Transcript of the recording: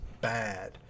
bad